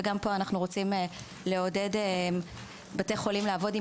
וגם פה אנחנו רוצים לעודד בתי חולים לעבוד עם